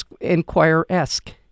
Enquirer-esque